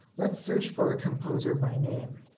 let's search for a composer by name.